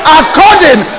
according